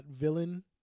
villain